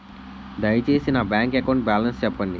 దయచేసి నా bank account balance చెప్పండి